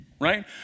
right